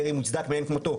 ירי מוצדק כאין כמותו,